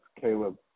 Caleb